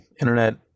Internet